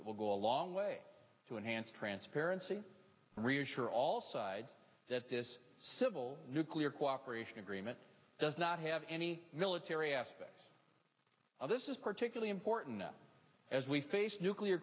will go a long way to enhance transparency and reassure all sides that this civil nuclear cooperation agreement does not have any military aspect of this is particularly important as we face nuclear